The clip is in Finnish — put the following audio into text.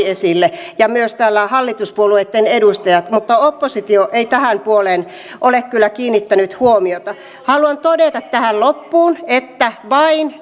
esille ja myös täällä hallituspuolueitten edustajat mutta oppositio ei tähän puoleen ole kyllä kiinnittänyt huomiota haluan todeta tähän loppuun että vain